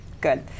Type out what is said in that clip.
good